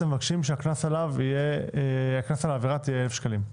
אתם מבקשים שהקנס על העבירה תהיה 1,000 שקלים.